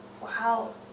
Wow